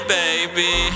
baby